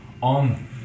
on